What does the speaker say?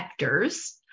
vectors